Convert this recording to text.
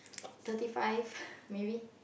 thirty five maybe